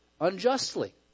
unjustly